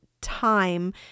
time